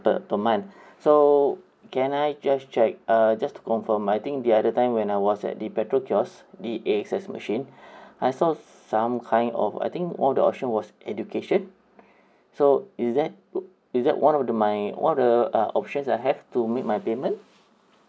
per per month so can I just check uh just to confirm I think the other time when I was at the petrol kiosk A A_X_S machine I saw some kind of I think one of the options was education so is that uh is that one of the my one of the uh options I have to make my payment